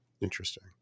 Interesting